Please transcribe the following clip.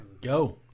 Go